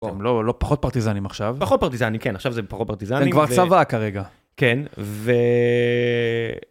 לא לא פחות פרטיזנים עכשיו פחות פרטיזני כן עכשיו זה פחות פרטיזני כבר צבא כרגע כן. ו...